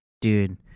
dude